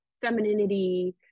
femininity